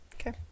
okay